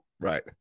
Right